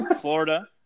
Florida